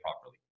properly